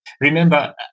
Remember